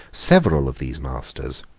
several of these masters,